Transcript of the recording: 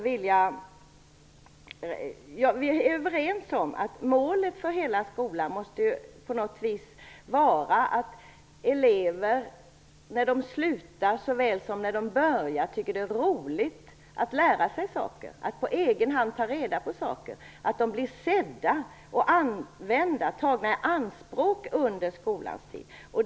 Vi är överens om att målet för hela skolan måste vara att eleverna, både när de börjar och slutar, tycker att det är roligt att lära och att på egen hand ta reda på saker. De måste bli sedda, använda och tagna i anspråk under skoltiden.